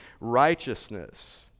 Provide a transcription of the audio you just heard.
righteousness